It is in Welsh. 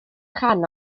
rhan